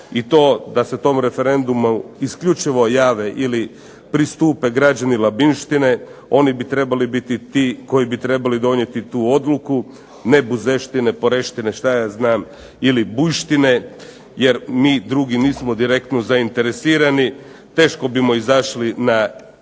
I to da se na tom referendumu isključivo jave ili pristupe građani Labinjštine, oni bi trebali biti ti koji bi trebali donijeti tu odluku, ne Buzeštine, Poreštine ili Bujštine, jer mi drugi nismo direktno zainteresirani, teško bismo izašli na ovaj